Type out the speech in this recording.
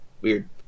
Weird